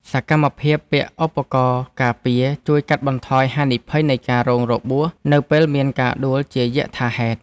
សកម្មភាពពាក់ឧបករណ៍ការពារ ជួយកាត់បន្ថយហានិភ័យនៃការរងរបួសនៅពេលមានការដួលជាយថាហេតុ។